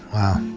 wow.